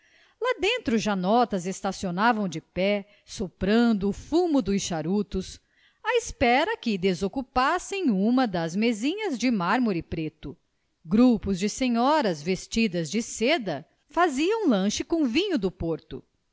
lá dentro janotas estacionavam de pé soprando o fumo dos charutos à espera que desocupassem uma das mesinhas de mármore preto grupos de senhoras vestidas de seda faziam lanche com vinho do porto